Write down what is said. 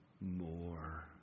more